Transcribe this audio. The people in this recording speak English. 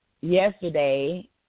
yesterday